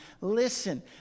Listen